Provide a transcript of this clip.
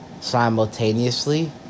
Simultaneously